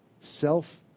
self